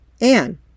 Anne